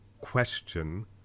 question